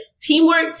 Teamwork